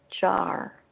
jar